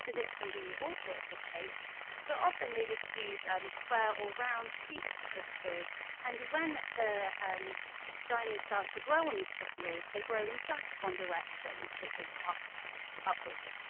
this can be all sorts of shapes but often they just use um square or round seed crystals and when the um diamond starts to grow on these crystals they grow in just one direction, which is up upwards.